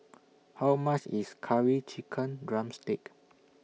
How much IS Curry Chicken Drumstick